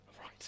Right